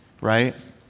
Right